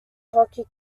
hockey